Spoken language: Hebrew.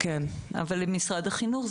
אבל זו שאלה למשרד החינוך,